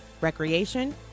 recreation